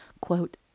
quote